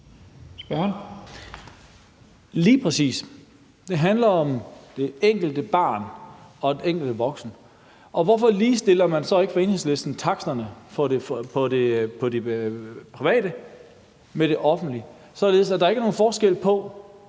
Lige præcis. Det handler om det enkelte barn og den enkelte voksen. Hvorfor ligestiller man så fra Enhedslistens side ikke taksterne for det private med det offentlige, således at der ikke er nogen forskel på,